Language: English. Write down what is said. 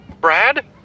Brad